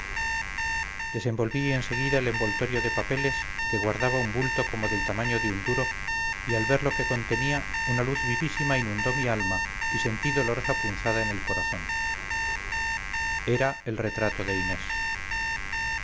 desenvolví en seguida el envoltorio de papeles que guardaba un bulto como del tamaño de un duro y al ver lo quecontenía una luz vivísima inundó mi alma y sentí dolorosa punzada en el corazón era el retrato de inés